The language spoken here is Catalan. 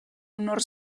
honor